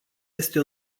este